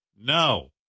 No